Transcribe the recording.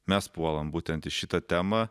mes puolam būtent šitą temą